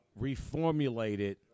reformulated